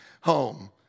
home